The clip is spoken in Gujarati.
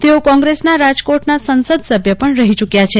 તેઓ કોંગ્રેસના રાજકોટના સંસદસભ્ય પણ રહી ચૂકવાં છે